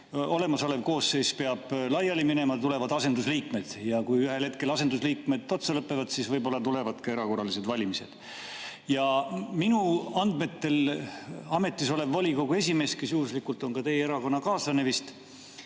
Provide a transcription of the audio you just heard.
olemasolev koosseis peab laiali minema ja tulevad asendusliikmed. Kui ühel hetkel asendusliikmed otsa lõpevad, siis võib-olla tulevad erakorralised valimised. Minu andmetel ei ole ametisolev volikogu esimees, kes juhuslikult on ka vist teie erakonnakaaslane,